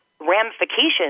ramifications